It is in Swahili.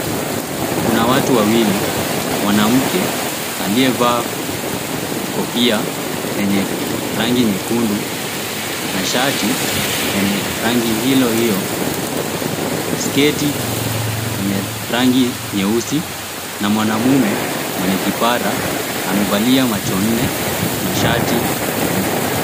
Kuna watu wawili, mwanamke aliyevaa kofia yenye rangi nyekundu na shati lenye rangi hilo hio, sketi lenye rangi nyeusi na mwanaume mwenye kipara amevalia macho nne na shati nyeupe.